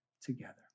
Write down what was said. together